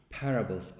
parables